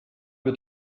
mit